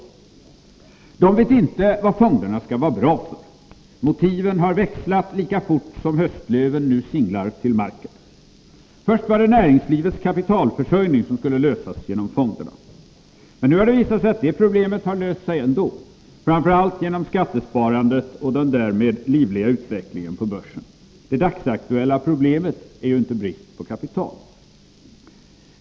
De vet inte vad fonderna skall vara bra för — motiven har växlat lika fort som höstlöven nu singlar till marken. Först var det näringslivets kapitalförsörjning som skulle lösas genom fonderna. Men nu har det visat sig att det problemet har löst sig ändå, framför allt genom skattesparandet och den därmed livliga utvecklingen på börsen. Det dagsaktuella problemet är ju inte brist på kapital.